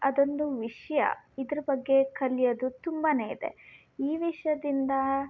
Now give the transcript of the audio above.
ಅದೊಂದು ವಿಷಯ ಇದರ ಬಗ್ಗೆ ಕಲಿಯೋದು ತುಂಬಾ ಇದೆ ಈ ವಿಷಯದಿಂದ